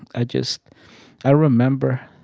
i just i remember